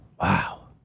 wow